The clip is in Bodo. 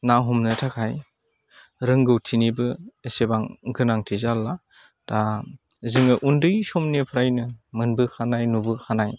ना हमनो थाखाय रोंगौथिनिबो एसेबां गोनांथि जाला दा जोङो उन्दै समनिफ्रायनो मोनबोखानाय नुबोखानाय